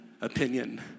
opinion